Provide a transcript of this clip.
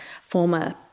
former